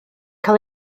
cael